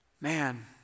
man